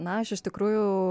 na aš iš tikrųjų